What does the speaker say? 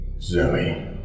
Zoe